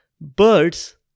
birds